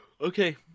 Okay